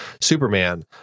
Superman